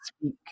speak